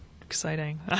exciting